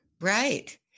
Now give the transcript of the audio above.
Right